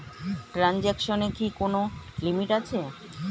ট্রানজেকশনের কি কোন লিমিট আছে?